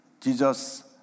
Jesus